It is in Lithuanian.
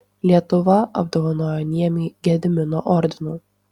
lietuva apdovanojo niemį gedimino ordinu